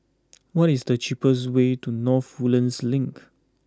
what is the cheapest way to North Woodlands Link